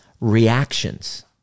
reactions